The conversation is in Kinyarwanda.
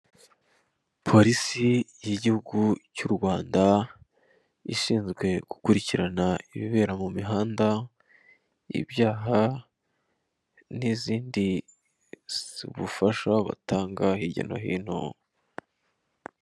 Polisi y'igihugu cy'u Rwanda ishinzwe gukurikirana ibibera mu mihanda, ibyaha n'izindi bufasha batanga hirya no hino.